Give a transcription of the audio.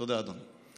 תודה, אדוני.